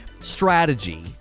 strategy